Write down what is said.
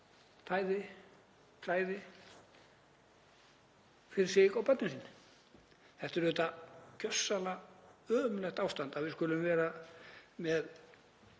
fæði og klæði fyrir sig og börnin sín. Það er auðvitað gjörsamlega ömurlegt ástand að við skulum vera með